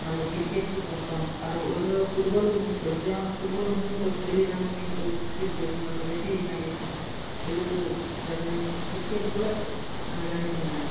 ଆମ୍ର୍ cricket ହିଁ ପସନ୍ଦ ଆରୁ ଅଧେ ଲୋକ୍ ଫୁଟବଲ୍ ବି ମ୍ୟାଚ୍ ଖେଲନ୍ ଯେ ଆମେ ଫୁଟବଲ୍ ମୁଁ ତ ଖେଲି ଜାନୁନି ତ ଦେଖୁ ଆମେ ଦେଖିକି ଜାନିଜିସୁଁ ଖେଲି ତ ଜାନୁନି କ୍ରିକେଟ୍ ବେଲେ ଆମେ ଜାନିଛୁଁ ନା